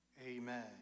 Amen